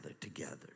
together